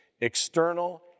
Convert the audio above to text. external